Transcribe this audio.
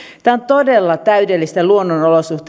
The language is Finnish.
on todella täydellistä luonnon olosuhteiden